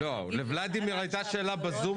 לוולדימיר הייתה שאלה בזום,